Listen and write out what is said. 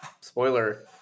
Spoiler